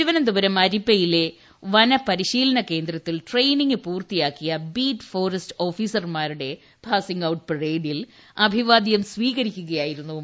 തിരുവനന്തപുരം അരിപ്പയിലെ വനപരിശീലന കേന്ദ്രത്തിൽ ട്രെയിനിംഗ് പൂർത്തിയാക്കിയ ബീറ്റ് ഫോറസ്റ്റ് ഓഫീസർമാരുടെ പാസിംഗ് ഔട്ട് പരേഡിൽ അഭിവാദ്യം സ്വീകരിക്കുകയായിരുന്നു മന്ത്രി